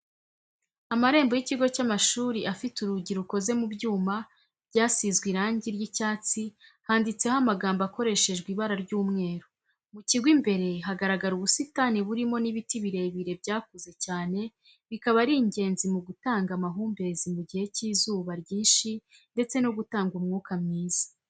Amarembo y'ikigo cy'amashuri afite urugi rukoze mu byuma byasizwe irangi ry'icyatsi handitseho amagambo akoreshejwe ibara ry'umweru, mu kigo imbere hagaragara ubusitani burimo n'ibiti birebire byakuze cyane bikaba ari ingenzi mu gutanga amahumbezi mu gihe cy'izuba ryinshi ndetse no gutanga umwuka mwiza.